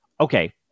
Okay